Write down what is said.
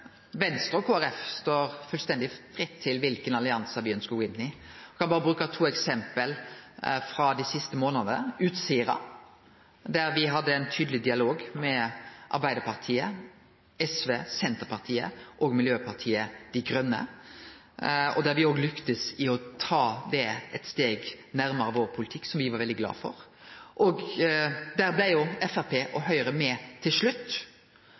Venstre og Kristeleg Folkeparti står fullstendig fritt til å velje kva allianse me ønskjer å gå inn i. Eg kan bruke to eksempel frå dei siste månadene: I Utsira-saka hadde me ein tydeleg dialog med Arbeidarpartiet, SV, Senterpartiet og Miljøpartiet Dei Grøne. Me lykkast i å ta det eit steg nærare vår politikk, noko me var veldig glade for. Framstegspartiet og Høgre blei til slutt